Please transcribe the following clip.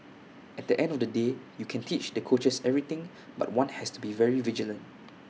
at the end of the day you can teach the coaches everything but one has to be very vigilant